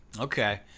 Okay